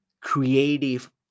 Creative